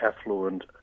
affluent